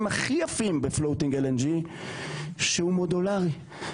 הכי יפים ב-lng floating שהוא מודולרי.